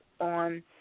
on